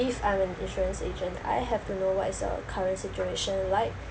if I'm insurance agent I have to know what is your current situation like